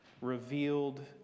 revealed